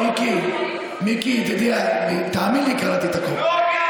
מיקי, תאמין לי, קראתי את הכול.